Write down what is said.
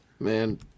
Man